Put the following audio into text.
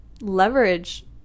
leverage